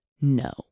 no